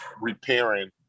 repairing